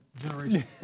generation